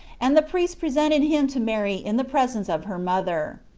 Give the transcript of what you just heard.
and the priests presented him to mary in the presence of her mother.